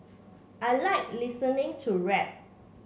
I like listening to rap